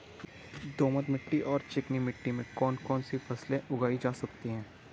दोमट मिट्टी और चिकनी मिट्टी में कौन कौन सी फसलें उगाई जा सकती हैं?